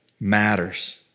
matters